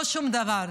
לא שום דבר,